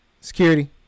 Security